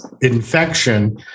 infection